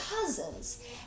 cousins